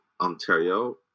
Ontario